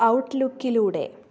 ഔട്ട്ലുക്കിലൂടെ